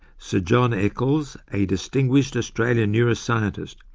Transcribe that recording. sir john eccles, a distinguished australian neuroscientist,